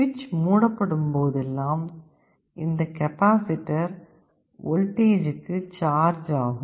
சுவிட்ச் மூடப்படும் போதெல்லாம் இந்த கெப்பாசிட்டர் வோல்டேஜ்க்கு சார்ஜ் ஆகும்